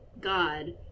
God